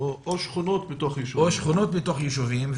או שכונות בתוך יישובים.